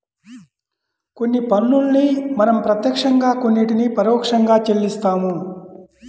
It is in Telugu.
కొన్ని పన్నుల్ని మనం ప్రత్యక్షంగా కొన్నిటిని పరోక్షంగా చెల్లిస్తాం